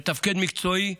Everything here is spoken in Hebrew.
הוא מתפקד, מקצועי.